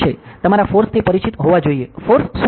તમારે ફોર્સથી પરિચિત હોવા જોઈએ ફોર્સ શું છે